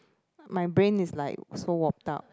my brain is like so warped out